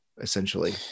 essentially